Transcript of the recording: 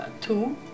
two